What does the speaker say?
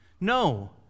No